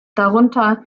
darunter